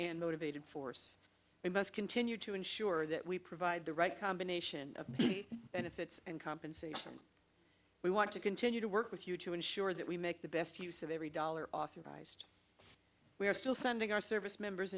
and motivated force we must continue to ensure that we provide the right combination of benefits and compensation we want to continue to work with you to ensure that we make the best use of every dollar authorized we are still sending our servicemembers